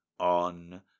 On